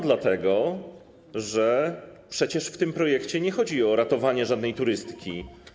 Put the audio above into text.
Dlatego że przecież w tym projekcie nie chodzi o ratowanie żadnej turystyki.